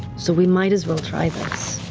so we might as well try this.